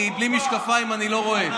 אני בלי משקפיים, אני לא רואה.